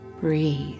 Breathe